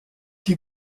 die